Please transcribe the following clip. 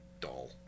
dull